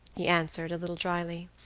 he answered, a little dryly.